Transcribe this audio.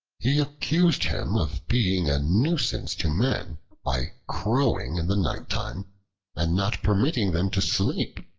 he accused him of being a nuisance to men by crowing in the nighttime and not permitting them to sleep.